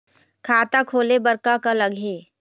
खाता खोले बर का का लगही?